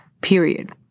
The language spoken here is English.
period